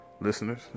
listeners